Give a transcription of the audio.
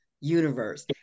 universe